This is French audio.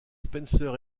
spencer